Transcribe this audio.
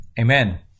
Amen